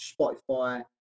Spotify